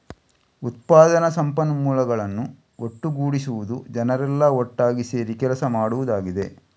ಉತ್ಪಾದನಾ ಸಂಪನ್ಮೂಲಗಳನ್ನ ಒಟ್ಟುಗೂಡಿಸುದು ಜನರೆಲ್ಲಾ ಒಟ್ಟಾಗಿ ಸೇರಿ ಕೆಲಸ ಮಾಡುದಾಗಿದೆ